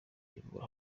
ivurwa